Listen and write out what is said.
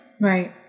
Right